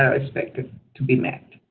ah expected to be met.